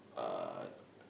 uh